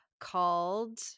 called